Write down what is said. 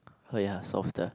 oh ya softer